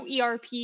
ERP